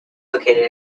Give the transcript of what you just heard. located